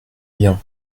bien